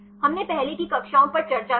हमने पहले की कक्षाओं पर चर्चा की